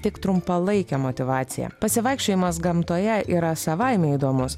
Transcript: tik trumpalaikę motyvaciją pasivaikščiojimas gamtoje yra savaime įdomus